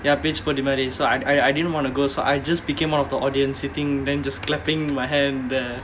ya பேச்சு போட்டி மாறி:pechu potti maari so I I I didn't want to go so I just became one of the audience sitting then just clapping my hand there